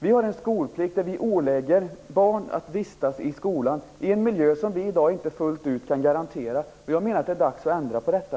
Vi har en skolplikt där vi ålägger barn att vistas i skolan i en miljö som vi i dag inte fullt ut kan garantera. Jag menar att det är dags att ändra på detta.